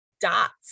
dots